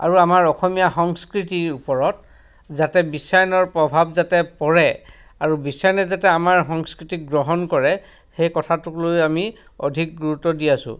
আৰু আমাৰ অসমীয়া সংস্কৃতিৰ ওপৰত যাতে বিশ্বায়নৰ প্ৰভাৱ যাতে পৰে আৰু বিশ্বায়নে যাতে আমাৰ সংস্কৃতিক গ্ৰহণ কৰে সেই কথাটোক লৈ আমি অধিক গুৰুত্ব দি আছোঁ